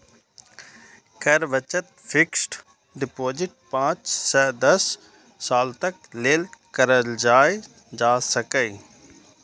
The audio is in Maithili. कर बचत फिस्क्ड डिपोजिट पांच सं दस साल तक लेल कराएल जा सकैए